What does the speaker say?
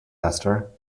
esther